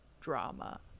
drama